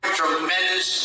tremendous